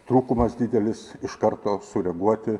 trūkumas didelis iš karto sureaguoti